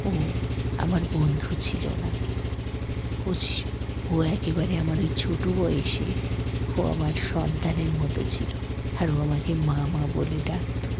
ও আমার বন্ধু ছিল না ও ছি ও একেবারে আমার ওই ছোট বয়সে ও আমার সন্তানের মতো ছিল আর ও আমাকে মা মা বলে ডাকত